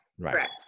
Correct